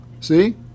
See